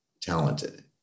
talented